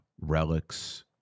relics